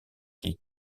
qu’ils